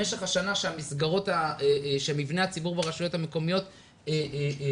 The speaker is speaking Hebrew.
במשך השנה שמבני הציבור ברשויות המקומיות פועלות,